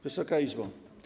Wysoka Izbo!